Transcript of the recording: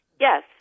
Yes